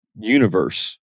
universe